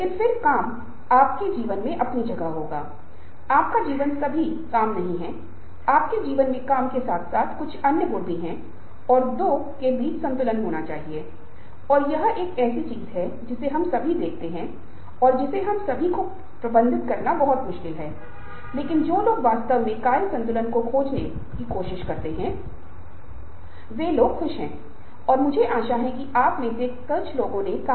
और एक असाधारण जीवन बनाएंगे आपको अध्ययन करने में परेशानी हो सकती है आपको व्यवसाय में परेशानी हो सकती है दूसरों के साथ बातचीत करने में परेशानी हो सकती है या काम में व्यस्त महसूस हो सकता है या आप एक लक्ष्य निर्धारित कर सकते हैं या तदनुसार आप अपने लिए एक दृष्टि निर्धारित कर सकते हैं और दृष्टि यह है कि यह एक तस्वीर आपके मन मे है जो आप चाहते हैं वह आपके जुनून के साथ मेल खाना चाहिए और आपको उसके लिए प्यार होना चाहिए